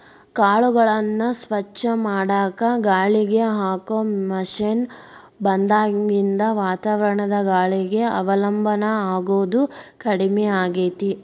ಕಾಳುಗಳನ್ನ ಸ್ವಚ್ಛ ಮಾಡಾಕ ಗಾಳಿಗೆ ಹಾಕೋ ಮಷೇನ್ ಬಂದಾಗಿನಿಂದ ವಾತಾವರಣದ ಗಾಳಿಗೆ ಅವಲಂಬನ ಆಗೋದು ಕಡಿಮೆ ಆಗೇತಿ